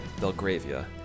Belgravia